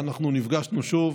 אבל אנחנו נפגשנו שוב,